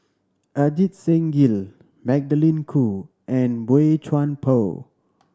Ajit Singh Gill Magdalene Khoo and Boey Chuan Poh